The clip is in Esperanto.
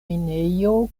minejo